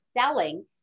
selling